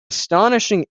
astonishing